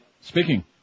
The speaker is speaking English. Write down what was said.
Speaking